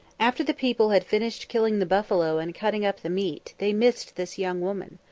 after the people had finished killing the buffalo and cutting up the meat, they missed this young woman.